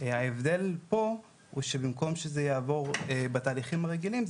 ההבדל פה שבמקום שזה יעבור בתהליכים הרגילים,